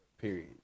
Period